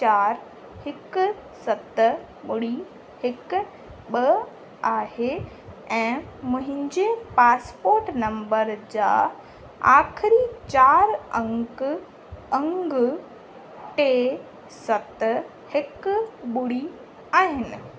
चारि हिकु सत ॿुड़ी हिक ॿ आहे ऐं मुहिंजे पासपोर्ट नंबर जा आखरीं चारि अंक अङ टे सत हिकु ॿुड़ी आहिनि